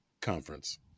conference